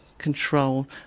control